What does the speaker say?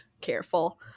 careful